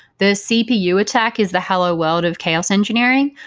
the cpu attack is the hello world of chaos engineering.